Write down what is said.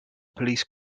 police